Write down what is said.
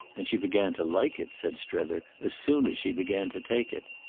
and she began to like it, said strether, as soon as she began to take it!